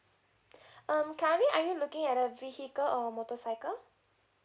um currently are you looking at a vehicle or motorcycle